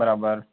બરાબર